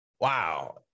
wow